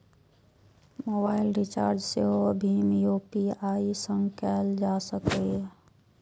mobile recharge सेहो भीम UPI सं कैल जा सकैए